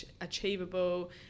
achievable